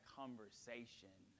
conversation